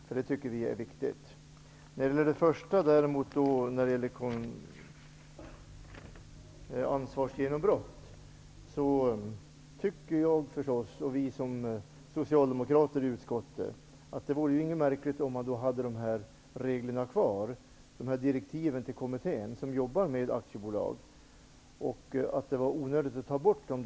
När det gäller frågan om ansvarsgenombrott tycker vi socialdemokrater i utskottet inte att det vore märkligt om direktiven till kommittén hade fått vara kvar. Det var onödigt att ta bort dem.